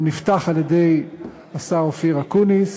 הוא נפתח על-ידי השר אופיר אקוניס,